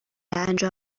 انجام